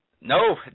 No